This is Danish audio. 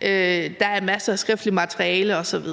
der er masser af skriftligt materiale osv.